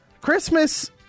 Christmas